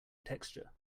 texture